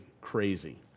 crazy